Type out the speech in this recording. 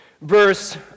verse